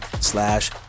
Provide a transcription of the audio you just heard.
slash